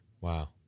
Wow